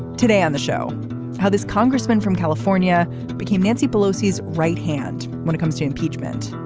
today on the show how this congressman from california became nancy pelosi's right hand when it comes to impeachment.